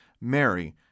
Mary